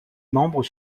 membres